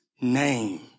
name